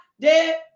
dead